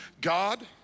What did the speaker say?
God